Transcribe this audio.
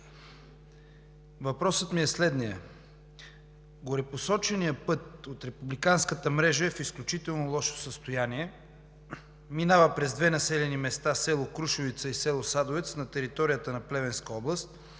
Въпросът ми е следният: горепосоченият път от републиканската мрежа е в изключително лошо състояние, минава през две населени места – село Крушовица и село Садовец на територията на Плевенска област,